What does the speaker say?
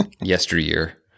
yesteryear